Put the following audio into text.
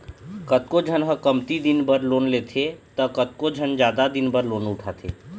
कतको झन ह कमती दिन बर लोन लेथे त कतको झन जादा दिन बर लोन उठाथे